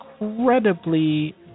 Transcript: incredibly